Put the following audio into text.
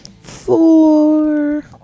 Four